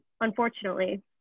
unfortunately